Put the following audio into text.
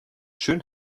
schön